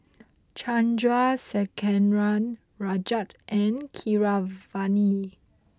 Chandrasekaran Rajat and Keeravani